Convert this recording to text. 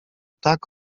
tak